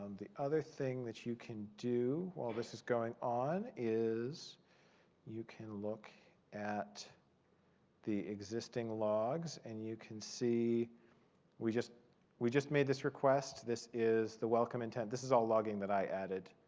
um the other thing that you can do while this is going on is you can look at the existing logs. and you can see we just we just made this request. this is the welcome intent. this is all logging that i added.